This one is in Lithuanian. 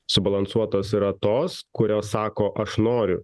subalansuotos yra tos kurios sako aš noriu